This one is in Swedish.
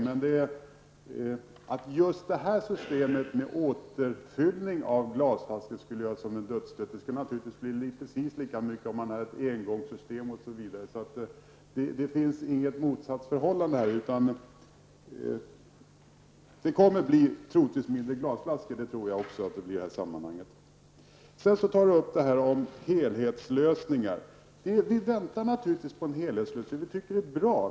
Men när det sägs att just det här systemet med återfyllning av glasflaskor skulle innebära en dödsstöt, vill jag säga att det naturligtvis skulle bli precis lika mycket av en dödsstöt om man hade ett engångssystem. Det finns alltså inget motsatsförhållande här. Att det kommer att bli mindre användning av glasflaskor i det här sammanhanget -- det tror jag också. Beträffande helhetslösningar vill jag säga att vi naturligtvis väntar på en helhetslösning; vi tycker att det är bra.